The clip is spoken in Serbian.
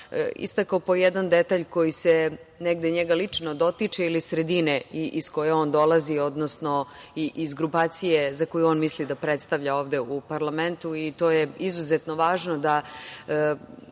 istakao po jedan detalj koji se negde njega lično dotiče ili sredine iz koje on dolazi, odnosno i iz grupacije za koju on misli da predstavlja ovde u parlamentu i to je izuzetno važno da